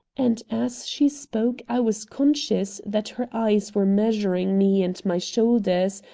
and as she spoke i was conscious that her eyes were measuring me and my shoulders,